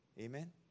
Amen